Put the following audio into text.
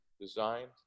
Designed